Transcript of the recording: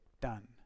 done